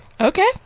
Okay